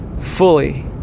fully